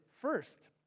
first